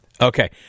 Okay